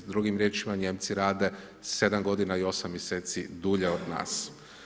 Drugim riječima Nijemci rade 7 godina i osam mjeseci dulje od nas.